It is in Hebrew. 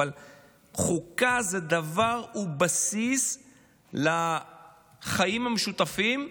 אבל חוקה זה דבר שהוא בסיס לחיים המשותפים,